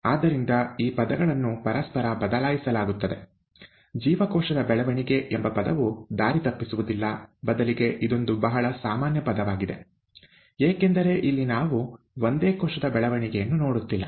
ಆದ್ದರಿಂದ ಈ ಪದಗಳನ್ನು ಪರಸ್ಪರ ಬದಲಾಯಿಸಲಾಗುತ್ತದೆ ಜೀವಕೋಶದ ಬೆಳವಣಿಗೆ ಎಂಬ ಪದವು ದಾರಿತಪ್ಪಿಸುವುದಿಲ್ಲ ಬದಲಿಗೆ ಇದೊಂದು ಬಹಳ ʼಸಾಮಾನ್ಯ ಪದವಾಗಿದೆʼ ಏಕೆಂದರೆ ಇಲ್ಲಿ ನಾವು ಒಂದೇ ಕೋಶದ ಬೆಳವಣಿಗೆಯನ್ನು ನೋಡುತ್ತಿಲ್ಲ